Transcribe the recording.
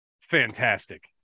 fantastic